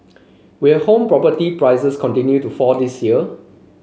will home property prices continue to fall this year